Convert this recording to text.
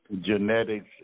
genetics